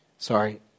sorry